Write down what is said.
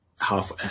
half